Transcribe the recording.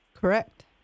Correct